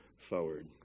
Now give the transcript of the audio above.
forward